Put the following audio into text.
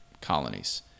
colonies